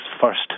first